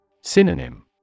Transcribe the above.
Synonym